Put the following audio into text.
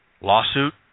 lawsuit